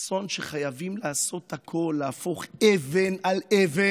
אסון שחייבים לעשות הכול, להפוך כל אבן